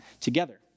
together